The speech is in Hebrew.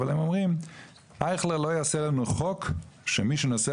אבל הם אומרים אייכלר לא יעשה לנו חוק שמי שנוסע